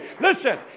Listen